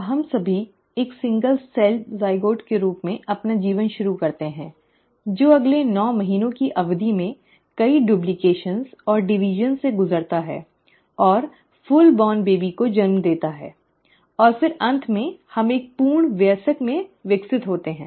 अब हम सभी एक एकल कोशिका वाले युग्मनज के रूप में अपना जीवन शुरू करते हैं जो अगले नौ महीनों की अवधि में कई ड्यूप्लकेशन और विभाजन से गुजरता है और पूरा जन्मा बच्चा को जन्म देता है और फिर अंत में हम एक पूर्ण वयस्क में विकसित होते हैं